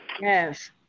Yes